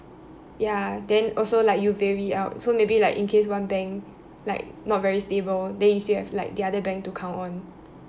ya then also like you vary out so maybe like in case one bank like not very stable then you still have like the other bank to count on